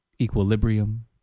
equilibrium